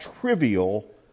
trivial